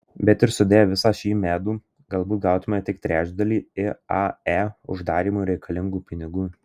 bet ir sudėję visą šį medų galbūt gautumėme tik trečdalį iae uždarymui reikalingų pinigų